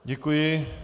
Děkuji.